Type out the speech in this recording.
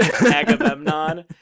Agamemnon